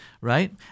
right